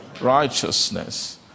righteousness